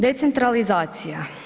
Decentralizacija.